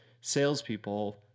salespeople